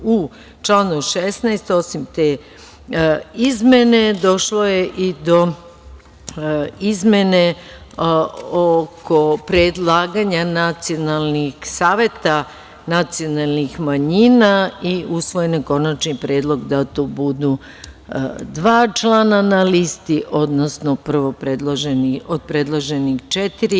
U članu 16, osim te izmene, došlo je i do izmene oko predlaganja nacionalnih saveta nacionalnih manjina i usvojen je konačni predlog da to budu dva člana na listi, odnosno od prvo predloženih četiri.